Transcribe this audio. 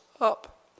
up